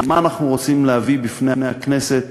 מה אנחנו רוצים להביא בפני הכנסת